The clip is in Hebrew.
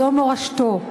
זו מורשתו.